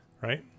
right